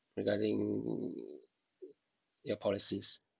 regarding your policies